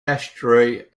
estuary